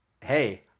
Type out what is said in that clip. hey